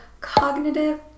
cognitive